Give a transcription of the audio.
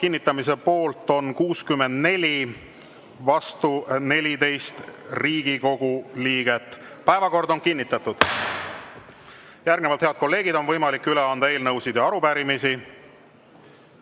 kinnitamise poolt on 64 ja vastu 14 Riigikogu liiget. Päevakord on kinnitatud. Järgnevalt, head kolleegid, on võimalik üle anda eelnõusid ja arupärimisi.